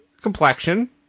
complexion